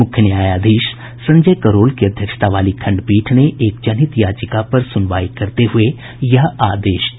मुख्य न्यायाधीश संजय करोल की अध्यक्षता वाली खंडपीठ ने एक जनहित याचिका पर सुनवाई करते हुये यह आदेश दिया